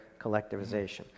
collectivization